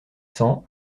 cents